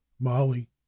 molly